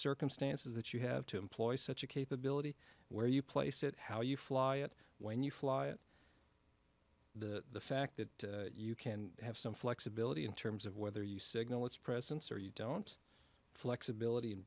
circumstances that you have to employ such a capability where you place it how you fly it when you fly it the fact that you can have some flexibility in terms of whether you signal its presence or you don't flexibility